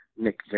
Nick